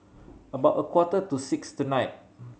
about a quarter to six tonight